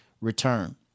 return